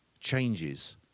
changes